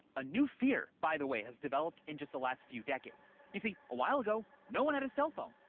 a new fear, by the way, has developed in just the last few decades. you see, a while ago, no one had a cell phone.